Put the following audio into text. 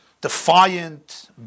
defiant